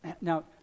Now